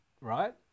Right